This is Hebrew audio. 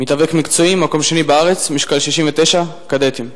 מתאבק מקצועי, מקום שני בארץ במשקל 69, קדטים.